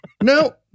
No